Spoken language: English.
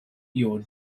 your